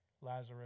Lazarus